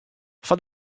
foar